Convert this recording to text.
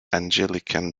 anglican